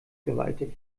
gewaltig